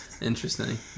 Interesting